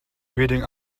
reading